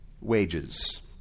wages